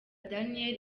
daniel